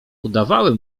udawały